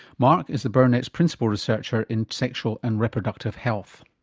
mark is the burnet's principal researcher in sexual and reproductive health.